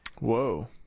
Whoa